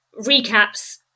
recaps